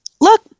look